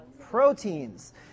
Proteins